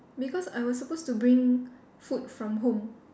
because I was supposed to bring food from home